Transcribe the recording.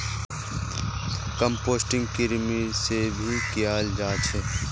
composting कृमि से भी कियाल जा छे